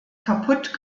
kaputt